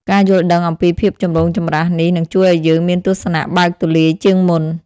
ការយល់ដឹងអំពីភាពចម្រូងចម្រាសនេះនឹងជួយឲ្យយើងមានទស្សនៈបើកទូលាយជាងមុន។